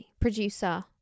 producer